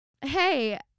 hey